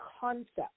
concept